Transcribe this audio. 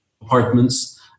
apartments